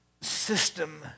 system